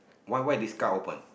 why why this car open